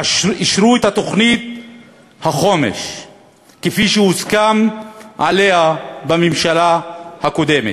אשרו את תוכנית החומש כפי שהוסכם עליה בממשלה הקודמת.